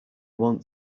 want